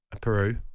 Peru